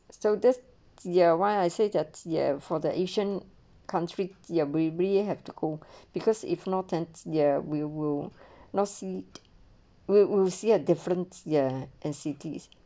so that's ya why I say ya and for the asian country ya way be you have to go because if no tents there we will not seat we will see a different ya and cities